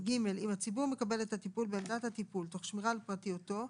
(ג)אם הציבור מקבל את הטיפול בעמדת הטיפול תוך שמירה על פרטיותו,